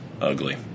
ugly